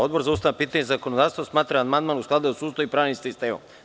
Odbor za ustavna pitanja i zakonodavstvo smatra da je amandman u skladu sa Ustavom i pravnim sistemom.